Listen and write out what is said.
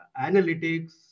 analytics